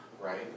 right